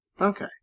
Okay